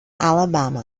alabama